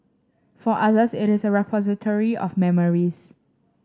for others it is a repository of memories